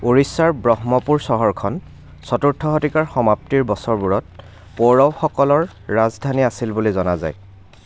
উৰিষ্যাৰ ব্ৰহ্মপুৰ চহৰখন চতুৰ্থ শতিকাৰ সমাপ্তিৰ বছৰবোৰত পৌৰৱসকলৰ ৰাজধানী আছিল বুলি জনা যায়